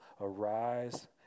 arise